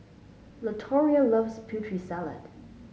Latoria loves Putri Salad